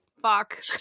Fuck